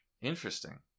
Interesting